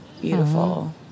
beautiful